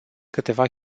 câteva